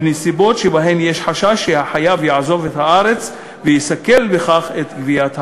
בנסיבות שבהן יש חשש שהחייב יעזוב את הארץ ויסכל בכך את גביית החוב.